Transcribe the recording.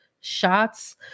shots